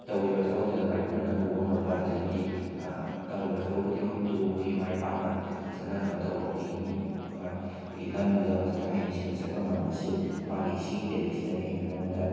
ꯇꯧꯔꯤꯕ ꯊꯕꯛꯇꯨꯗ ꯃꯥꯏꯄꯨꯅꯅ ꯄꯨꯕ ꯉꯝꯕ ꯑꯗꯒꯤꯗꯤ ꯇꯧꯔꯤꯕ ꯊꯕꯛ ꯈꯨꯗꯤꯡꯃꯛꯇꯨꯕꯨ ꯑꯩꯈꯣꯏꯒꯤ ꯃꯥꯏ ꯄꯥꯛꯅ ꯐꯖꯅ ꯀꯅꯣ ꯇꯧꯔꯒ ꯑꯩꯈꯣꯏꯒꯤ ꯃꯤ ꯑꯩꯈꯣꯏꯒꯤ ꯂꯝꯗꯨꯗ ꯐꯖꯅ ꯍꯩꯅ ꯁꯤꯡꯅ ꯆꯠꯄ ꯉꯝꯕ ꯑꯁꯤ ꯃꯥꯒꯤ ꯁꯤꯒꯤ ꯇꯦꯂꯦꯟꯁꯤꯗꯅꯦ ꯑꯩꯅ ꯃꯉꯣꯟꯗ